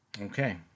Okay